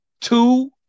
two